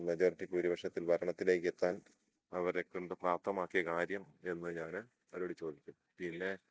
majority ഭൂരിപ്ക്ഷത്തിൽ ഭരണത്തിലേക്ക് എത്താൻ അവരെക്കൊണ്ട് പ്രാപ്തമാക്കിയ കാര്യം എന്ന് ഞാൻ അവരോട് ചോദിക്കും പിന്നെ